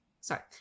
sorry